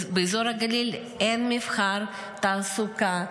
באזור הגליל אין מבחר תעסוקה,